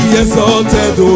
exalted